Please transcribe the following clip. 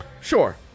Sure